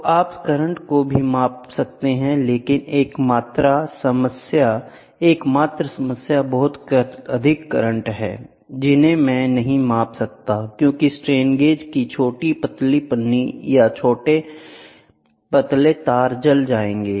तो आप करंट को भी माप सकते हैं लेकिन एकमात्र समस्या बहुत अधिक करंट है जिन्हें मैं नहीं माप सकता क्योंकि स्ट्रेन गेज की छोटी पतली पन्नी या छोटे पतले तार जल जाएंगे